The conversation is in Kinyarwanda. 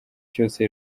cyose